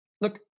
look